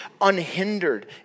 unhindered